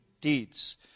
deeds